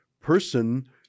person